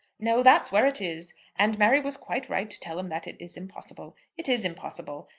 no that's where it is. and mary was quite right to tell him that it is impossible. it is impossible.